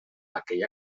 aquella